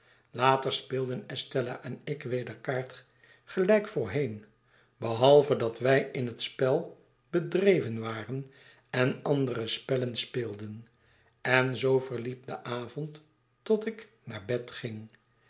later speelden estella eti ik weder kaart gelijk voorheen behalve dat wij in het spel bedreven waren en andere spellen speelden en zoo verliep de avond tot ik naar bed ging